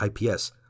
IPS